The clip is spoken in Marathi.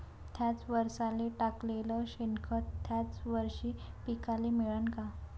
थ्याच वरसाले टाकलेलं शेनखत थ्याच वरशी पिकाले मिळन का?